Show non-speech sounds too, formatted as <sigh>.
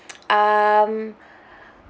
<noise> <breath> um <breath>